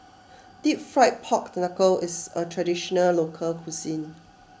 Deep Fried Pork Knuckle is a Traditional Local Cuisine